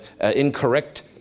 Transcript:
incorrect